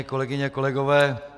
Kolegyně a kolegové.